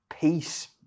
peace